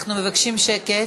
אנחנו מבקשים שקט,